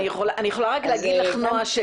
אני יכולה רק להגיד לך נעה,